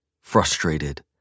frustrated